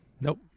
Nope